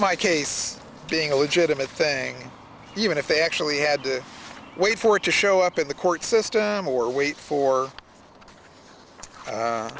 my case being a legitimate thing even if they actually had to wait for it to show up in the court system or wait for